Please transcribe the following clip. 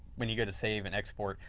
when you go to save and export,